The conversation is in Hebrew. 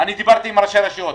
דיברתי עם ראשי רשויות,